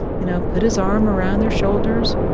you know, put his arm around their shoulders.